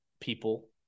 people